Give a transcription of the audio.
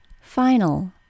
final